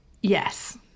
Yes